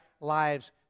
lives